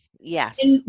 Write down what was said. Yes